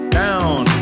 down